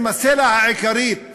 הצלע העיקרית